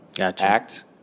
act